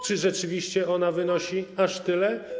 Czy rzeczywiście ona wynosi aż tyle?